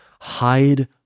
Hide